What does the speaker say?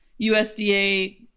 USDA